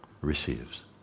receives